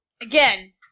again